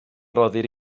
roddir